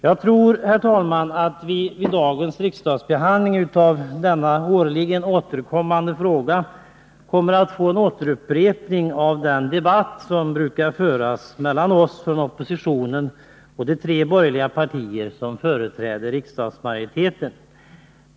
Jagtror, herr talman, att vi vid dagens riksdagsbehandling av denna årligen återkommande fråga kommer att få en återupprepning av den debatt som brukar föras mellan oss från oppositionen och de tre borgerliga partier som företräder riksdagsmajoriteten.